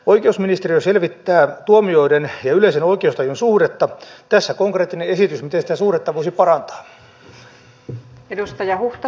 oikeusministeriö selvittää tuomioiden ja yleisen oikeustajun suhdetta ja tässä on konkreettinen esitys miten sitä suhdetta voisi parantaa